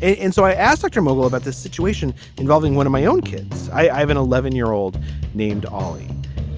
and so i asked dr. mcgill about this situation involving one of my own kids. i have an eleven year old named ollie